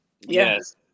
Yes